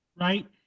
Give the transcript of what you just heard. Right